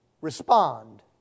respond